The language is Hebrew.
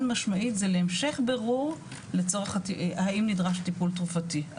משמעית זה להמשך בירור האם נדרש טיפול תרופתי,